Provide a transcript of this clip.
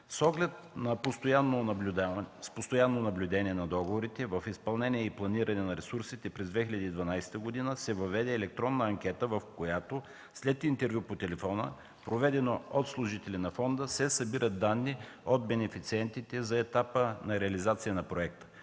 С оглед на постоянно наблюдение на договорите в изпълнение и планиране на ресурсите през 2012 г. се въведе електронна анкета, в която след интервю по телефона, проведено от служители на фонда, се събират данни от бенефициентите за етапа на реализация на проекта,